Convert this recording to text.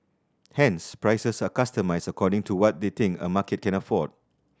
hence prices are customised according to what they think a market can afford